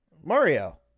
Mario